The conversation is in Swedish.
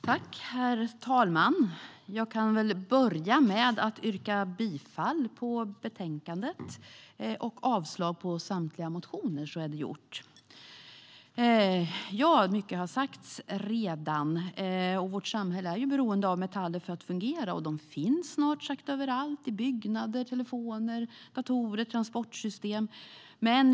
Herr talman! Jag yrkar bifall till förslaget i betänkandet och avslag på samtliga reservationer. Mycket har redan sagts. Vårt samhälle är beroende av metaller för att fungera, och de finns snart sagt överallt, i byggnader, telefoner, datorer och transportsystem.